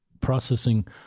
processing